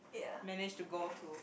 manage to go to